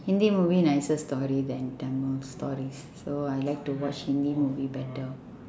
hindi movie nicer story than tamil stories so I like to watch hindi movie better